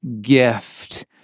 gift